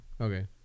Okay